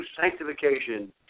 sanctification